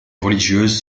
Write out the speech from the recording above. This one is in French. religieuse